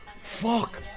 fuck